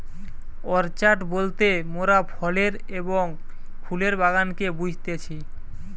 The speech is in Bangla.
অর্চাড বলতে মোরাফলের এবং ফুলের বাগানকে বুঝতেছি